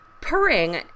Purring